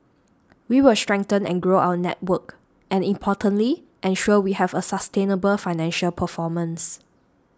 we will strengthen and grow our network and importantly ensure we have a sustainable financial performance